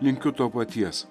linkiu to paties